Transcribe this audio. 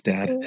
Dad